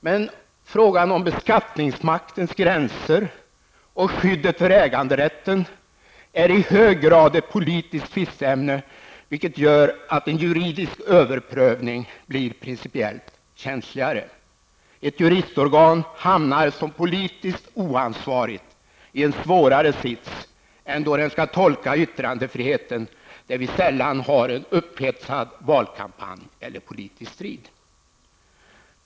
Men frågan om beskattningsmaktens gränser och skyddet för äganderätten är i hög grad ett politiskt tvisteämne, vilket gör att en juridisk överprövning blir principiellt känsligare. Ett juristorgan hamnar såsom politiskt oansvarigt organ i en svårare sits än då det skall tolka yttrandefriheten, där vi sällan har en upphetsad valkampanj eller politisk strid.